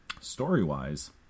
Story-wise